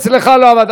המחשב אצלך לא עבד.